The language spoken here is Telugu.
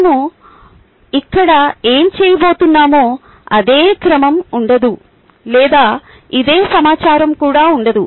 మనం ఇక్కడ ఏమి చేయబోతున్నామో అదే క్రమం ఉండదు లేదా ఇదే సమాచారం కూడా ఉండదు